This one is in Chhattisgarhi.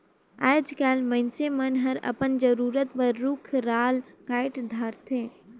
आयज कायल मइनसे मन हर अपन जरूरत बर रुख राल कायट धारथे